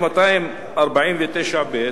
בסעיף 249(ב),